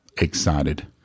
excited